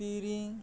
ᱛᱤᱨᱤᱝ